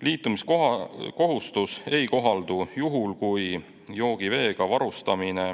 Liitumiskohustus ei kohaldu juhul, kui joogiveega varustamine